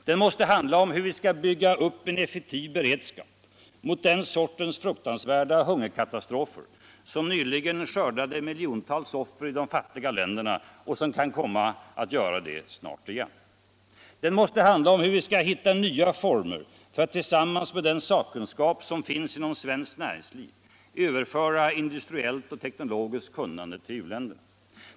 Den måste handla om hur vi skall bygga upp en effektiv beredskap mot den sortens fruktansvärda hungerkatastrofer som nyligen skördade miljontals offer i de fattiga länderna och som kan komma att göra det snart igen. Den måste handla om hur vi skall hitta nya former för att tillsammans med den sakkunskap som finns inom svenskt näringsliv överföra industriellt och teknologiskt kunnande till u-länderna.